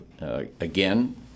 again